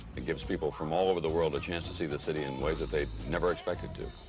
it gives people from all over the world a chance to see the city in ways that they never expected to.